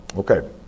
Okay